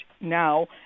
now